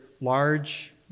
large